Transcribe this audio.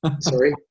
Sorry